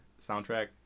soundtrack